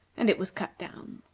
and it was cut down.